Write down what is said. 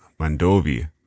Mandovi